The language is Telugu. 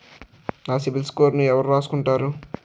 నా సిబిల్ స్కోరును ఎవరు రాసుకుంటారు